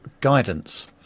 guidance